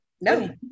no